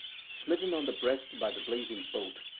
smitten on the breast by the blazing bolt,